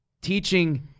teaching